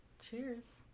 Cheers